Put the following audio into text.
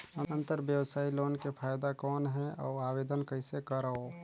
अंतरव्यवसायी लोन के फाइदा कौन हे? अउ आवेदन कइसे करव?